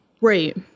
Right